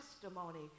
testimony